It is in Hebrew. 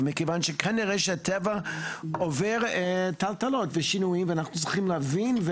מכיוון שכנראה שהטבע עובר טלטלות ושינויים ואנחנו צריכים להבין.